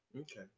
okay